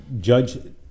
Judge